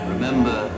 Remember